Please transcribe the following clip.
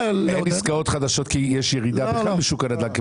אין עסקאות חדשות כי יש ירידה בתחום בשוק הנדל"ן.